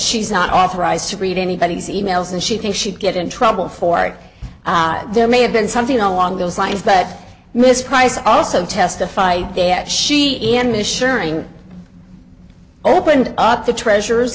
she's not authorized to read anybody's emails and she thinks she'd get in trouble for it there may have been something along those lines but miss price also testify in the shearing opened up the treasure